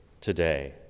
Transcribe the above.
today